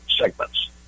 segments